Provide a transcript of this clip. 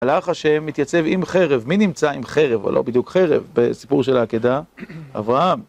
הלך השם מתייצב עם חרב, מי נמצא עם חרב, או לא בדיוק חרב, בסיפור של העקידה? אברהם!